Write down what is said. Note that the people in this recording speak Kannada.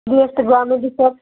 ಇದು ಎಷ್ಟು ಗ್ರಾಮ್ ಇದೆ ಸರ್